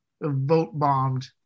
vote-bombed